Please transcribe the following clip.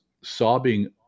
sobbing